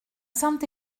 saint